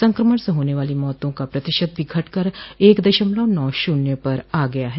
संक्रमण से होने वाली मौतों का प्रतिशत भी घटकर एक दशमलव नौ शून्य पर आ गया है